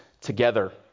together